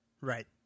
Right